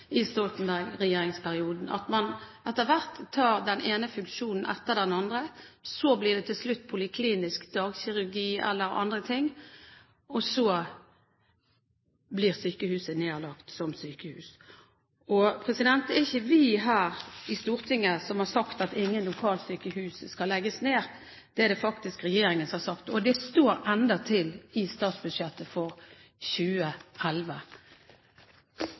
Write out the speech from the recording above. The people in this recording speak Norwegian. at man tar den ene funksjonen etter den andre, så blir det til slutt poliklinisk dagkirurgi eller andre ting, og så blir sykehuset nedlagt som sykehus. Og det er ikke vi her i Stortinget som har sagt at ingen lokalsykehus skal legges ned. Det er det faktisk regjeringen som har sagt, og det står endatil i statsbudsjettet for 2011.